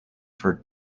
for